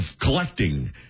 collecting